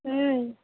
ह